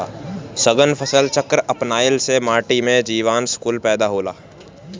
सघन फसल चक्र अपनईला से माटी में जीवांश कुल पैदा होला